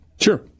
Sure